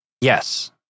Yes